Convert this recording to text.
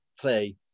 play